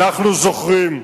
אנחנו זוכרים,